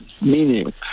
meaning